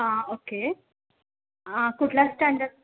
हं ओके कुठला स्टँडर्ड